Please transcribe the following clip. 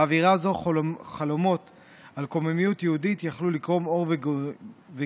באווירה זו חלומות על קוממיות יהודית יכלו לקרום עור וגידים.